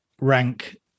rank